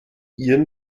ihren